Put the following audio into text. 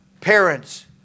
parents